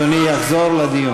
אני מציע שאדוני יחזור לדיון.